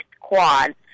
quad